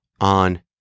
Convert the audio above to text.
on